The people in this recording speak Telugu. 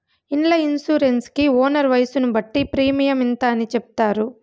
ఇండ్ల ఇన్సూరెన్స్ కి ఓనర్ వయసును బట్టి ప్రీమియం ఇంత అని చెప్తారు